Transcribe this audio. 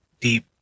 deep